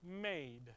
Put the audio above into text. made